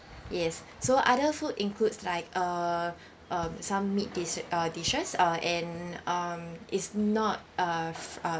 yes so other food includes like err um some meat dis~ uh dishes uh and um is not uh fr~ uh